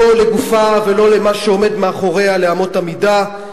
לא לגופה ולא למה שעומד מאחוריה, לאמות המידה.